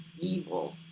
evil